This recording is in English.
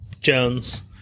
Jones